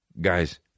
Guys